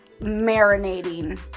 marinating